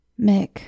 Mick